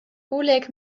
oleg